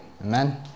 Amen